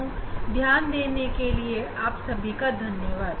आप सब का ध्यान देने के लिए धन्यवाद